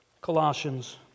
Colossians